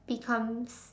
becomes